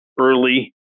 early